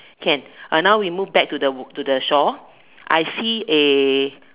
can uh now we move back to the to the shore I see a